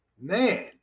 Man